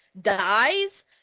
dies